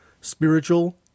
spiritual